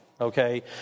Okay